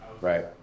right